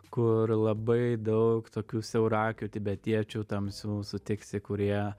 kur labai daug tokių siauraakių tibetiečių tamsių sutiksi kurie